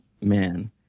man